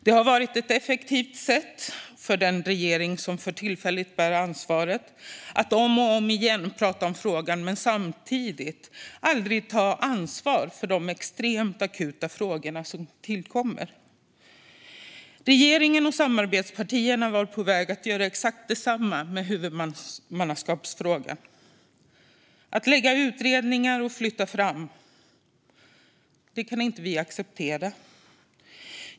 Det har varit ett effektivt sätt för den regering som för tillfället bär ansvaret att om och om igen prata om frågan men aldrig ta ansvar för de extremt akuta frågor som tillkommer. Regeringen och samarbetspartierna var på väg att göra exakt detsamma med huvudmannaskapsfrågan. Att lägga utredningar och flytta fram kan vi inte acceptera.